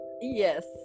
Yes